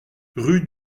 rue